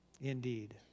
Indeed